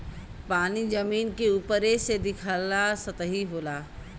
पानी जमीन के उपरे से दिखाला सतही होला